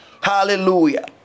Hallelujah